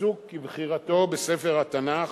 פסוק כבחירתו בספר התנ"ך,